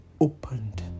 opened